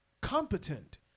competent